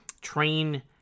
train